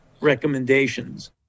recommendations